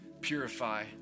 purify